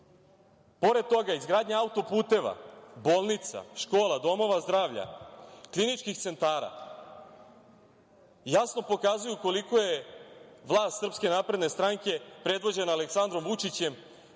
Pored toga, izgradnja autoputeva, bolnica, škola, domova zdravlja, kliničkih centara, jasno pokazuju koliko je vlast SNS predvođena Aleksandrom Vučićem